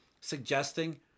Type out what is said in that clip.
suggesting